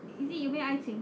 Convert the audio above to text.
is it 有没有爱情